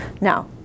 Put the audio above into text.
Now